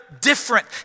different